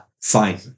fine